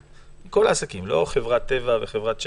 לא חברת טבע וחברת צ'קפוינט,